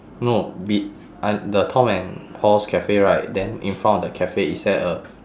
no be~ uh the tom and paul's cafe right then in front of the cafe is there a